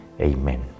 Amen